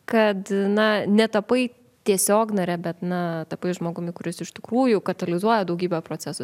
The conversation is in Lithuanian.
kad na netapai tiesiog nare bet na tapai žmogumi kuris iš tikrųjų katalizuoja daugybę procesų